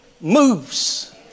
moves